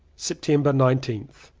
september nineteenth.